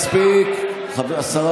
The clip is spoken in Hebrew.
מספיק, מספיק.